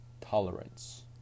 tolerance